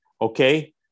okay